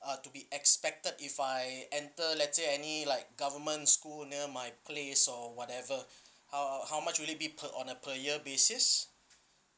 uh to be expected if I enter let's say any like government school near my place or whatever how how much will it be per on a per year basis